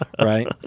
Right